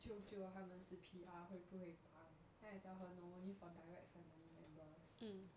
舅舅他们是 P_R 会不会帮 then I tell her no only for direct family members